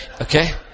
Okay